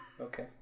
Okay